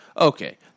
okay